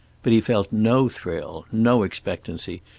but he felt no thrill, no expectancy,